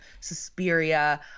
Suspiria